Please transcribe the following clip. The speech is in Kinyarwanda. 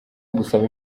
ugusaba